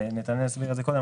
ונתנאל הסביר את זה קודם,